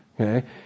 Okay